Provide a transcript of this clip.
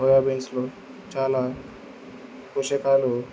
soya బీన్స్లో చాలా పోషకాలు